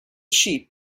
sheep